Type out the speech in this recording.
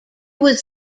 was